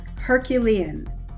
Herculean